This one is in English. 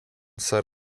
set